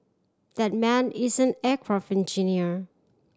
that man is an aircraft engineer